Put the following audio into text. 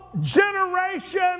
generation